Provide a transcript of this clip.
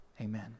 Amen